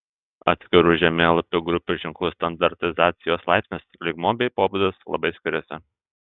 atskirų žemėlapių grupių ženklų standartizacijos laipsnis lygmuo bei pobūdis labai skiriasi